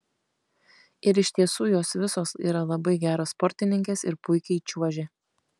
ir iš tiesų jos visos yra labai geros sportininkės ir puikiai čiuožė